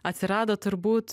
atsirado turbūt